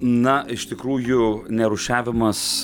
na iš tikrųjų nerūšiavimas